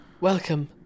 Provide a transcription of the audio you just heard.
Welcome